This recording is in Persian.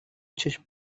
چشم